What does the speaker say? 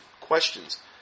questions